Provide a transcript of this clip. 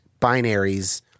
binaries